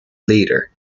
leader